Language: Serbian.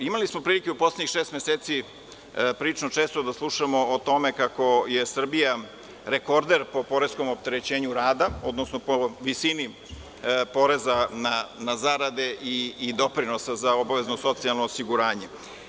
Imali smo prilike u poslednjih šest meseci prilično često da slušamo o tome kako je Srbija rekorder po poreskom opterećenju rada, odnosno po visini poreza na zarade i doprinosa za obavezno socijalno osiguranje.